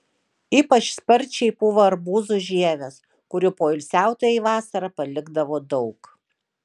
ypač sparčiai pūva arbūzų žievės kurių poilsiautojai vasarą palikdavo daug